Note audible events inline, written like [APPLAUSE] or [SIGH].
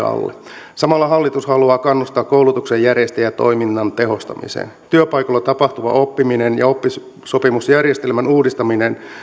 [UNINTELLIGIBLE] alle samalla hallitus haluaa kannustaa koulutuksen järjestäjiä toiminnan tehostamiseen työpaikoilla tapahtuva oppiminen ja oppisopimusjärjestelmän uudistaminen